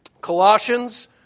Colossians